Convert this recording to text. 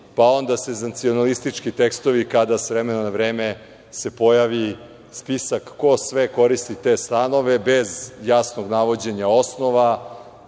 pa onda senzacionalistički tekstovi kada se s vremena na vreme pojavi spisak ko sve koristi te stanove, bez jasnog navođenja osnova